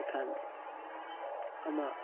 ᱤᱠᱷᱟᱹᱱ ᱟᱢᱟᱜ